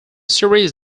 series